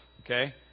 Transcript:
Okay